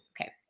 Okay